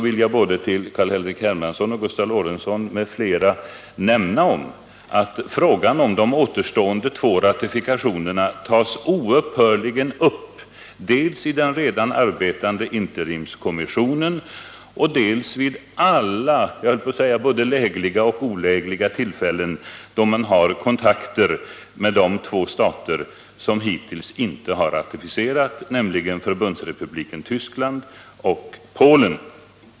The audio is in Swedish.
Till Carl-Henrik Hermansson, Gustav Lorentzon m.fl. vill jag säga att frågan om de två återstående ratifikationerna oupphörligen tas upp dels i den redan arbetande interimskommissionen, dels vid alla — jag höll på att säga både lägliga och olägliga — tillfällen då man har kontakter med de två stater som hittills inte har ratificerat, nämligen Förbundsrepubliken Tyskland och Polen.